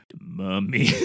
mummy